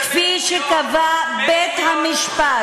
כפי שקבע בית-המשפט,